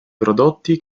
prodotti